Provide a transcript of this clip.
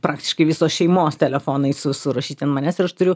praktiškai visos šeimos telefonai su surašyti ant manęs ir aš turiu